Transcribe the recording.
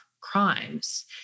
crimes